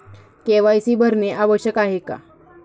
KYC भरणे आवश्यक आहे का?